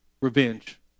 revenge